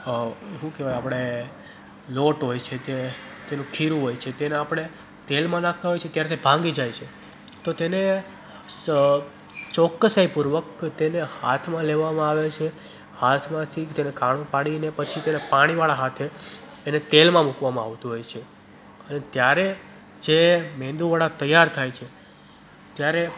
શું કહેવાય આપણે લોટ હોય છે તે તેનું ખીરું હોય છે તેને આપણે તેલમાં નાખતા હોઇએ છે ત્યારે તે ભાંગી જાય છે તો તેને ચોકસાઈપૂર્વક તેને હાથમાં લેવામાં આવે છે હાથમાંથી ત્યારે કાણું પાડી અને પછી તેને પાણીવાળા હાથે એને તેલમાં મૂકવામાં આવતું હોય છે અને ત્યારે જે મેંદુવડા તૈયાર થાય છે ત્યારે